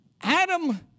Adam